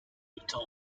luton